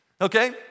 okay